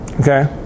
Okay